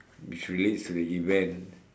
which relates to the event